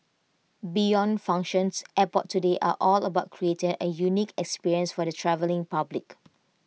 beyond functions airports today are all about creating A unique experience for the travelling public